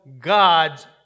God's